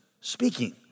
speaking